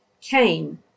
came